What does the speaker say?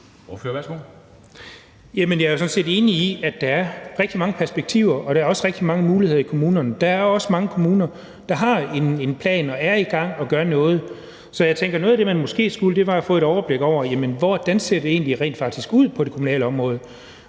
Jeg er sådan set enig i, at der er rigtig mange perspektiver, og der er også rigtig mange muligheder i kommunerne. Der er også mange kommuner, der har en plan og er i gang og gør noget. Så jeg tænker, at noget af det, man måske skulle gøre, var at få et overblik over, hvordan det rent faktisk ser ud på det kommunale område.